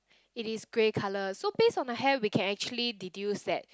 it is grey colour so based on the hair we can actually deduce that